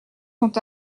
sont